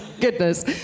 goodness